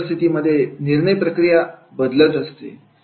प्रत्येक परिस्थितीमध्ये निर्णय प्रक्रिया बदलत असते